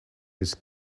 his